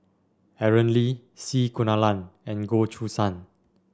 Aaron Lee C Kunalan and Goh Choo San